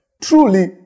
truly